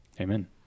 amen